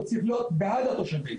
הוא צריך להיות בעד התושבים.